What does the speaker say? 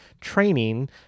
training